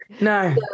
No